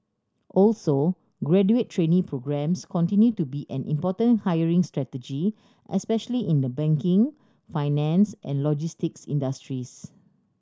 also graduate trainee programmes continue to be an important hiring strategy especially in the banking finance and logistics industries